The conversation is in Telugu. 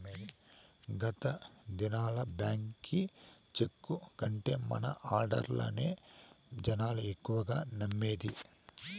గత దినాల్ల బాంకీ చెక్కు కంటే మన ఆడ్డర్లనే జనాలు ఎక్కువగా నమ్మేది